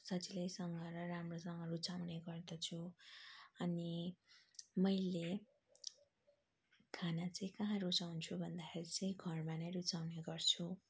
सजिलैसँग र राम्रोसँग रुचाउने गर्दछु अनि मैले खाना चाहिँ कहाँ रुचाउँछु भन्दा चाहिँ घरमा नै रुचाउने गर्छु